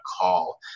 call